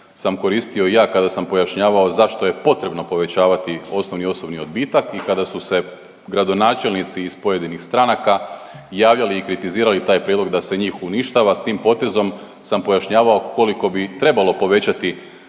sam koristio i ja kada sam pojašnjavao zašto je potrebno povećavati osnovni osobni odbitak i kada su se gradonačelnici iz pojedinih stranaka javljali i kritizirali taj prijedlog da se njih uništava s tim potezom sam pojašnjavao koliko bi trebalo povećati